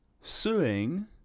suing